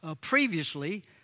previously